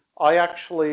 i actually